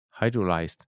hydrolyzed